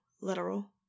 literal